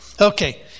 okay